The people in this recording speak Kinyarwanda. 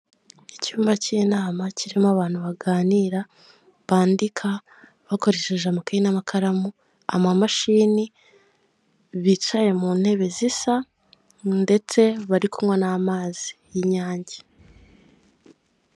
Icyumba cy'inama kirimo abantu baganira, bandika bakoresheje amakaye n'amakaramu, amamashini, bicaye mu ntebe zisa ndetse bari kunywa n'amazi y'inyange.